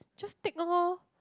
just take lor